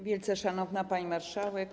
Wielce Szanowna Pani Marszałek!